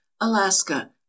alaska